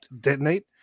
detonate